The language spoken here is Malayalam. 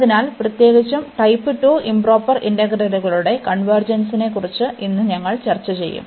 അതിനാൽ പ്രത്യേകിച്ചും ടൈപ്പ് 2 ഇoപ്രൊപ്പർ ഇന്റഗ്രലുകളുടെ കൺവെർജെൻസിനെ കുറിച്ച് ഇന്ന് ഞങ്ങൾ ചർച്ച ചെയ്യും